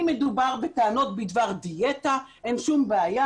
לכן, אם מדובר בטענות בדבר דיאטה, אין שום בעיה.